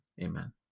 amen